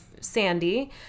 Sandy